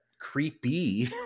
creepy